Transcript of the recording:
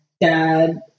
dad